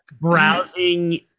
browsing